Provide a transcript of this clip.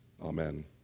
amen